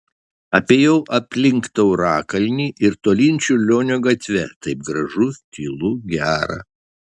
apėjau aplink taurakalnį ir tolyn čiurlionio gatve taip gražu tylu gera